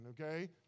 okay